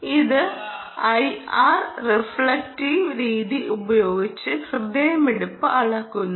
ഇത് IR reflective രീതി ഉപയോഗിച്ച് ഹൃദയമിടിപ്പ് അളക്കുന്നു